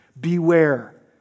beware